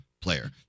player